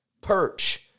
perch